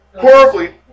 horribly